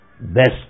best